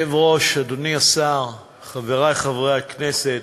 אדוני היושב-ראש, אדוני השר, חברי חברי הכנסת,